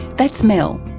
that's mel.